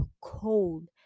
cold